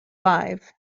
live